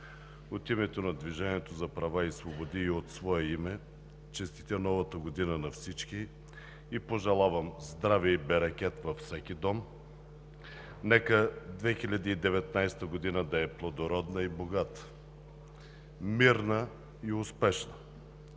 от името на „Движение за права и свободи“ и от свое име честитя Новата година на всички! Пожелавам здраве и берекет във всеки дом! Нека 2019 г. да е плодородна и богата, мирна и успешна!